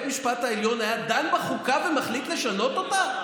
המשפט העליון היה דן בחוקה ומחליט לשנות אותה?